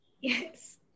Yes